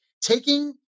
taking